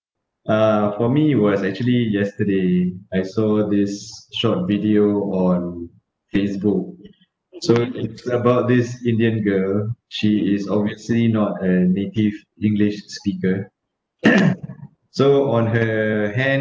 uh for me was actually yesterday I saw this short video on Facebook so it's about this indian girl she is obviously not an native english speaker so on her hand